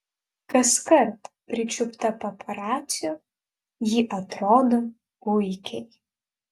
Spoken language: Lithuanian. kaskart pričiupta paparacių ji atrodo puikiai